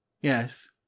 yes